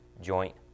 joint